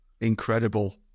Incredible